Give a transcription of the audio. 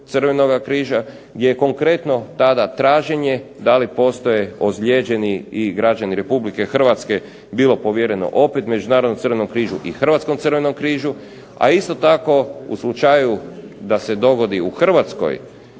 Crvenog križa gdje je konkretno tada traženje da li postoje ozlijeđeni i građani Republike Hrvatske bilo povjereno opet Međunarodnom crvenom križu i Hrvatskom crvenom križu. A isto tako u slučaju da se dogodi u Hrvatskoj